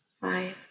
five